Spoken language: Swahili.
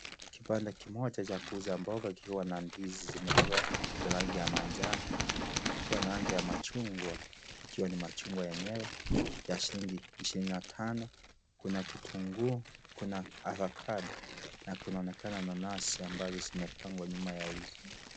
Kibanda kimoja cha kuuza mboga kikiwa na ndizi imeiva ya rangi ya manjano kukiwa na rangi ya machungwa, yakiwa ni machungwa yenyewe ya shilingi ishirini na tano. Kuna kitunguu, kuna avocado na kunaonekana nanasi ambazo zimepangwa nyuma ya hizo.